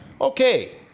okay